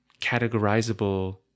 categorizable